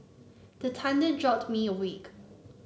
the thunder jolt me awake